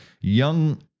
young